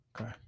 Okay